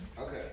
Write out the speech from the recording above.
Okay